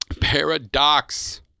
paradox